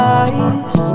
eyes